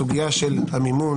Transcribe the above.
הסוגיה של המימון